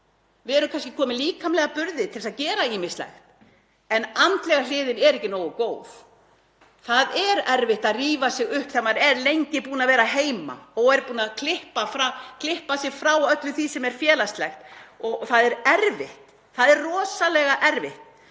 við erum kannski komin með líkamlega burði til að gera ýmislegt en andlega hliðin er ekki nógu góð — það er erfitt að rífa sig upp þegar maður hefur verið lengi heima og er búinn að klippa sig frá öllu því sem er félagslegt. Það er rosalega erfitt